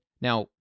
Now